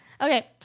Okay